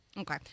Okay